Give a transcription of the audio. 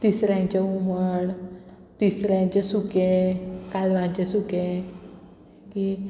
तिसऱ्यांचें हुमण तिसऱ्यांचें सुकें कालवांचें सुकें